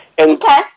Okay